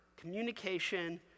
communication